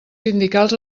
sindicals